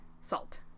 Salt